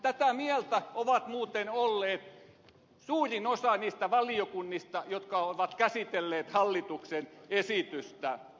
tätä mieltä ovat muuten olleet suurin osa niistä valiokunnista jotka ovat käsitelleet hallituksen esitystä